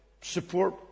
support